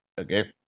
Okay